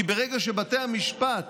כי ברגע שבתי המשפט